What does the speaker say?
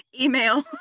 email